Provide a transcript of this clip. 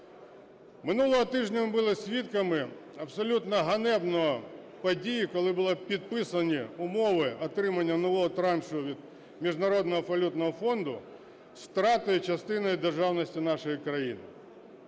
Минулого тижня ми були свідками абсолютної ганебної події, коли були підписані умови отримання нового траншу від Міжнародного валютного фонду з втратою частини державності нашої країни.